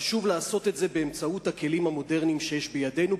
חשוב לעשות את זה באמצעות הכלים המודרניים שיש בידינו,